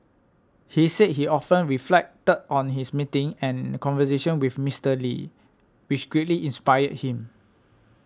he said he often reflected on his meetings and conversations with Mister Lee which greatly inspired him